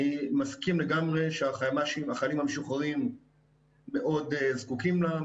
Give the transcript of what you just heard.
אני מסכים לגמרי שהחיילים המשוחררים מאוד זקוקים לה,